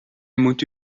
muito